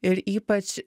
ir ypač